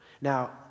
Now